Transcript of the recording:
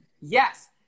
Yes